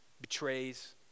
betrays